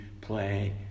play